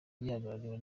gihagarariwe